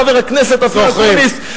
חבר הכנסת אופיר אקוניס,